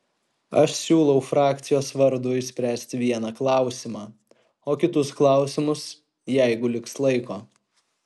aš siūlau frakcijos vardu išspręsti vieną klausimą o kitus klausimus jeigu liks laiko